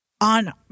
on